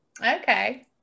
okay